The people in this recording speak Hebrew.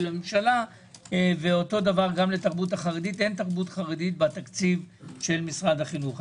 לממשלה וגם לגבי תרבות חרדית - אין תרבות חרדית בתקציב משרד החינוך.